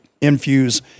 infuse